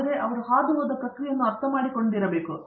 ಆದರೆ ಅವರು ಹಾದುಹೋಗುವ ಪ್ರಕ್ರಿಯೆಯನ್ನು ಅರ್ಥಮಾಡಿಕೊಳ್ಳುತ್ತಾರೆ